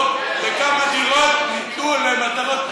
תשאל אותו כמה דירות ניתנו למטרות,